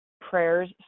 prayers